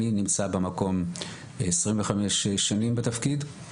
אני נמצא במקום 25 שנים בתפקיד.